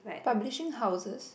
publication houses